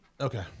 Okay